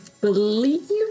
believe